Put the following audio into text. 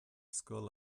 scoil